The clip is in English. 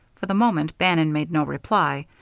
for the moment bannon made no reply,